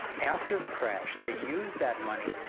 after the crash they used that money,